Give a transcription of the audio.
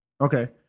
Okay